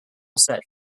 sat